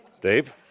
Dave